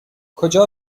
کجا